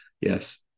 yes